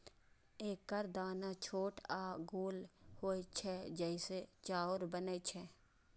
एकर दाना छोट आ गोल होइ छै, जइसे चाउर बनै छै